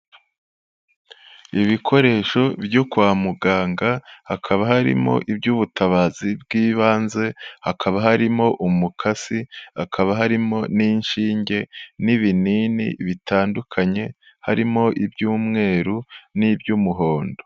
Ibikoresho byo kwa muganga hakaba harimo iby'ubutabazi bw'ibanze, hakaba harimo umukasi, hakaba harimo n'inshinge n'ibinini bitandukanye, harimo iby'umweru n'iby'umuhondo.